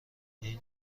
این